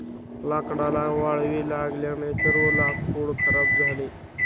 लाकडाला वाळवी लागल्याने सर्व लाकूड खराब झाले